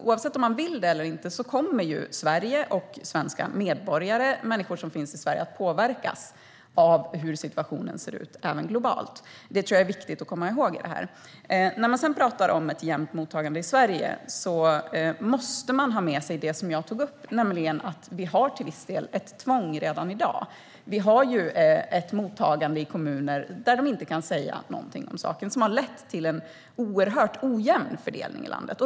Oavsett om man vill det eller inte kommer Sverige och svenska medborgare, människor som finns i Sverige, att påverkas av hur situationen ser ut även globalt. Det tror jag är viktigt att komma ihåg. När man talar om ett jämnt mottagande i Sverige måste man ha med sig det som jag tog upp, nämligen att vi till viss del har ett tvång redan i dag. Vi har ett mottagande i kommuner där man inte kan säga någonting om saken som har lett till en oerhört ojämn fördelning i landet.